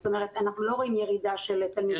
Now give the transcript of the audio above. זאת אומרת שאנחנו לא רואים ירידה של תלמידים.